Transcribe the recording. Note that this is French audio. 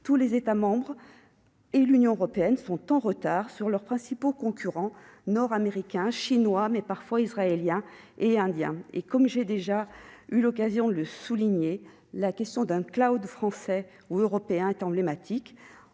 tous les États membres et l'Union européenne sont en retard sur leurs principaux concurrents nord-américains, chinois, mais également israéliens et indiens. J'ai déjà eu l'occasion de le souligner, la question de la mise en oeuvre d'un français ou européen est emblématique.